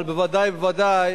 אבל בוודאי ובוודאי